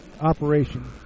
operation